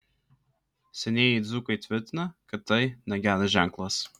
senieji dzūkai tvirtina kad tai negeras ženklas